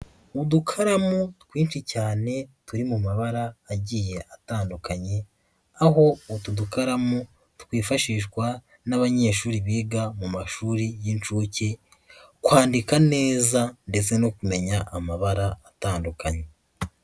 Udukaramu twinshi cyane turi mu mabara agiye atandukanye, aho utu dukaramu twifashishwa n'abanyeshuri biga mu mashuri y'inshuke, kwandika neza ndetse no kumenya amabara atandukanye.